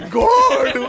god